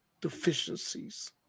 deficiencies